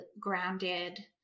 grounded